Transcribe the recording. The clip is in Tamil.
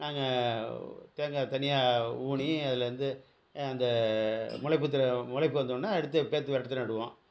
நாங்கள் தேங்காய் தனியாக ஊனி அதுலேருந்து அந்த முளைப்புத்துல முளைப்பு வந்தோடனே எடுத்து பேத்து வேறு இடத்துல நடுவோம்